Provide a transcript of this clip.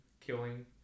Killing